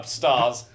stars